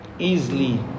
Easily